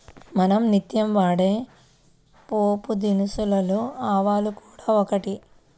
మనం నిత్యం వాడే పోపుదినుసులలో ఆవాలు కూడా ఒకటి